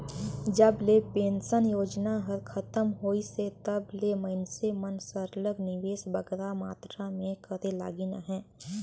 जब ले पेंसन योजना हर खतम होइस हे तब ले मइनसे मन सरलग निवेस बगरा मातरा में करे लगिन अहे